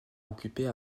occupée